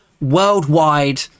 worldwide